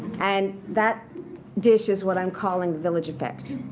and that dish is what i'm calling, village effect.